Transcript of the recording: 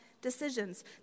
decisions